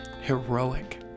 heroic